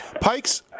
Pike's